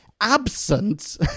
absent